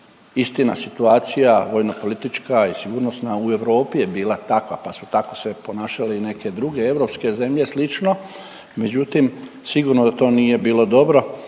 Istina, situacija vojnopolitička i sigurnosna u Europi je bila takva pa su tako se ponašale i neke druge europske zemlje slično, međutim sigurno da to nije bilo dobro